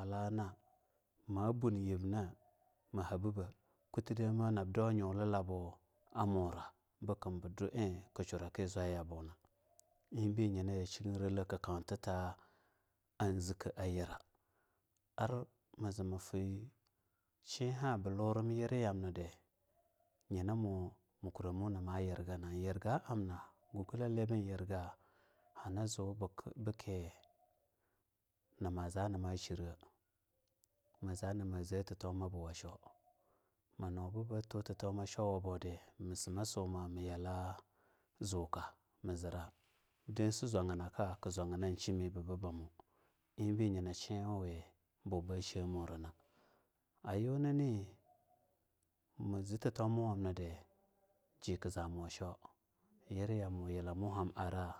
Ala na ma bun yibna? mahabibe kutu nab dau nyulwa ba amura buku bu dwa iku shura ki zwayabuna imbe nyina kautata zika ayira, ar mu zee mafu shiha bam-lura yi radi yinamu ma kura nama yirgana gugulali bin yarga hani zu bik-biki namaza nama shirra namaza nama zee tata toma buwa shwo manu ba tu tatoma shwo-wa bodi, ma smasuma ma yala zuka ma zira dansi zwaginaka ku zwagina in shimibibamo webi yina shiwuwi ba shiye mu rana, ayunani maze tato mamamnidi ka zamu shwo yiriyi ma yirgina a yila ham ara